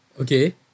okay